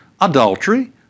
adultery